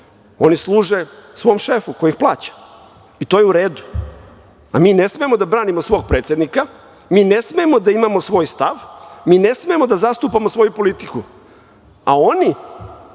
oni služe svom šefu koji ih plaća i to je uredu. A mi ne smemo da branimo svog predsednika, mi ne smemo da imamo svoj stav, mi ne smemo da zastupamo svoju politiku, a oni?